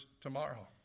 tomorrow